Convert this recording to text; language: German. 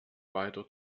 weiter